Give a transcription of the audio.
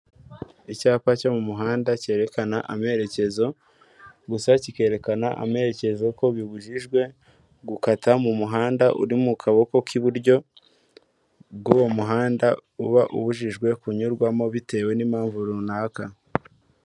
Icyapa cyo mu muhanda cyerekana amerekezo gusa kikerekana amerekezo ko bibujijwe gukata mu muhanda uri mu kaboko k'iburyo kuko uwo muhanda uba ubujijwe kunyurwamo bitewe n'impamvu runaka.